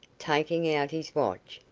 taking out his watch,